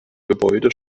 gebäude